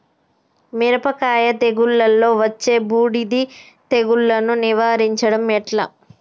మిరపకాయ తెగుళ్లలో వచ్చే బూడిది తెగుళ్లను నివారించడం ఎట్లా?